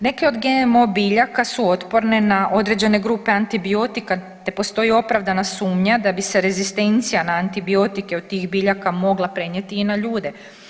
Neke od GMO biljaka su otporne na određene grupe antibiotika te postoji opravdana sumnja da bi se rezistencija na antibiotike od tih biljaka mogla prenijeti i na ljude.